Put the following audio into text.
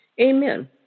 Amen